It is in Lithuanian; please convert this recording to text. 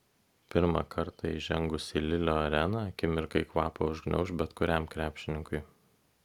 pirmą kartą įžengus į lilio areną akimirkai kvapą užgniauš bet kuriam krepšininkui